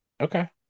Okay